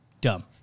dumb